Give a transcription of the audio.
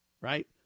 right